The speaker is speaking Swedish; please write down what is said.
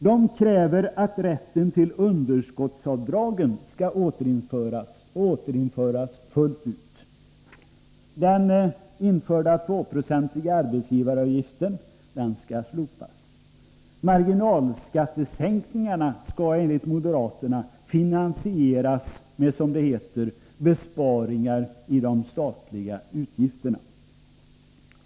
De kräver vidare att rätten till underskottsavdrag skall återinföras, och återinföras fullt ut. Den införda 2-procentiga arbetsgivaravgiften skall slopas. Marginalskattesänkningarna skall enligt moderaterna finansieras med, som det heter, ”besparingar i de statliga utgifterna”.